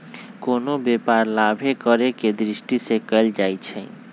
कोनो व्यापार लाभे करेके दृष्टि से कएल जाइ छइ